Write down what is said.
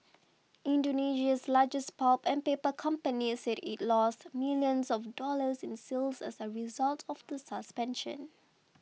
Indonesia's largest pulp and paper company said it lost millions of dollars in sales as a result of the suspension